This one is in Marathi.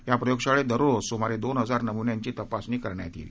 या प्रयोगशाळेत दररोज सुमारे दोन हजार नमुन्यांची तपासणी करता येईल